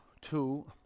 two